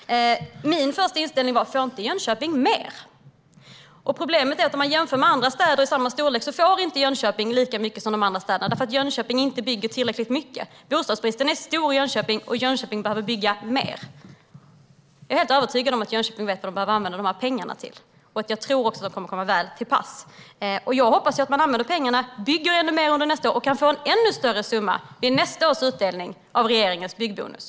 Min första tanke var: Får inte Jönköping mer? Problemet ser man om man jämför med andra städer i samma storlek. Jönköping får inte lika mycket som de andra städerna, för Jönköping bygger inte tillräckligt mycket. Bostadsbristen är stor i Jönköping, och Jönköping behöver bygga mer. Jag är helt övertygad om att Jönköping vet vad man behöver använda de här pengarna till, och jag tror också att de kommer att komma väl till pass. Jag hoppas ju att man använder pengarna och bygger ännu mer under nästa år och kan få en ännu större summa vid nästa års utdelning av reger-ingens byggbonus.